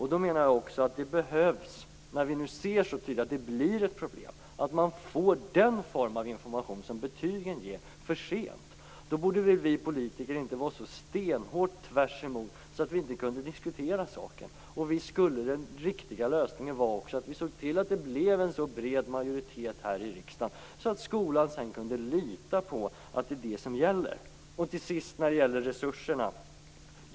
Jag menar också att detta behövs nu när vi så tydligt ser att det är ett problem att man får den form av information som betygen ger för sent. Då borde inte vi politiker vara så stenhårt tvärs emot att inte kan diskutera saken. Visst skulle den riktiga lösningen vara att vi såg till att det blev en så bred majoritet här i riksdagen att skolan sedan kunde lita på att detta är vad som gäller? Till sist vill jag säga något när det gäller resurserna.